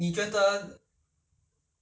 the vegetables